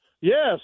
Yes